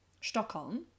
Stockholm